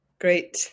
Great